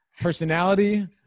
personality